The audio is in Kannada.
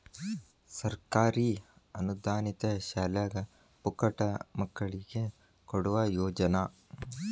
ಸರ್ಕಾರಿ ಅನುದಾನಿತ ಶಾಲ್ಯಾಗ ಪುಕ್ಕಟ ಮಕ್ಕಳಿಗೆ ಕೊಡುವ ಯೋಜನಾ